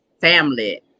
family